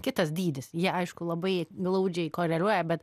kitas dydis jie aišku labai glaudžiai koreliuoja bet